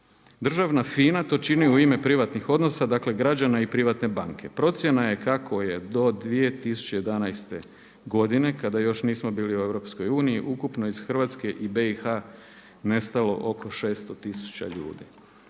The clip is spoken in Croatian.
Državna FINA to čini u ime privatnih odnosa, dakle građana i privatne banke“ Procjena je kako je do 2011. godine kada još nismo bili u EU ukupno iz Hrvatske i BiH-a nestalo oko 600 tisuća ljudi.